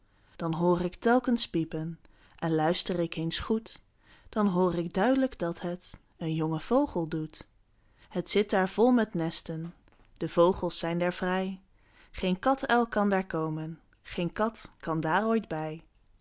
dan hoor ik telkens piepen en luister ik eens goed dan hoor ik duid'lijk dat het een jonge vogel doet pieter louwerse alles zingt het zit daar vol met nesten de vogels zijn daar vrij geen katuil kan daar komen geen kat kan daar ooit bij